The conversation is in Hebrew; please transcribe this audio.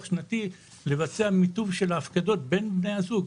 שנתי לבצע מיטוב של ההפקדות בין בני הזוג,